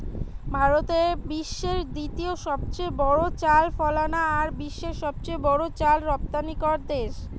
ভারত বিশ্বের দ্বিতীয় সবচেয়ে বড় চাল ফলানা আর বিশ্বের সবচেয়ে বড় চাল রপ্তানিকরা দেশ